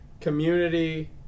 community